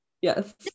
Yes